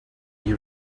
your